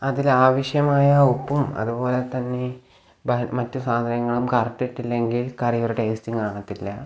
അതിലാവശ്യമായ ഉപ്പും അതുപോലെതന്നെ മറ്റു സാധനങ്ങളും കറക്റ്റിട്ടില്ലെങ്കിൽ കറി ഒരു ടേയ്റ്റും കാണത്തില്ല